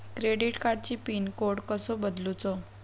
Credit कार्डची pin code कसो बदलुचा?